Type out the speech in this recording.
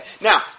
Now